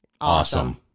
Awesome